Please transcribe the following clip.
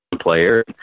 player